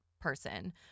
person